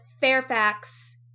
Fairfax